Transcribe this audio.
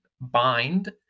bind